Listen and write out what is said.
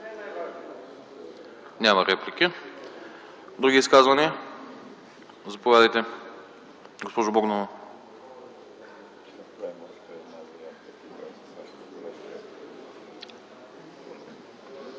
Няма. Има ли други изказвания? Заповядайте, госпожо Богданова.